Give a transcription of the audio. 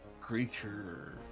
creature